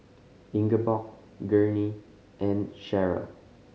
Ingeborg Gurney and Cheryll